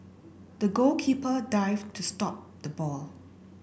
the goalkeeper dived to stop the ball